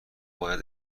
باید